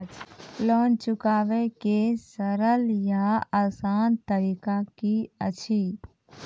Loan चुकाबै के सरल या आसान तरीका की अछि?